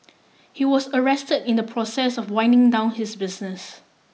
he was arrest in the process of winding down his business